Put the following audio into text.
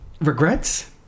regrets